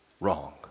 Wrong